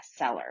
bestseller